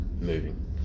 moving